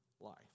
life